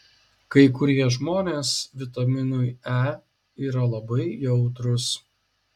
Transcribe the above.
kai kurie žmonės vitaminui e yra labai jautrūs